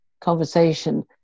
conversation